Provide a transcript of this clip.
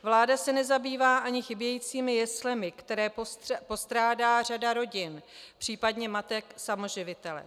Vláda se nezabývá ani chybějícími jeslemi, které postrádá řada rodin, případně matek samoživitelek.